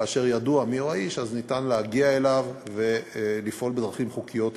כאשר ידוע מיהו האיש אז ניתן להגיע אליו ולפעול בדרכים חוקיות מולו.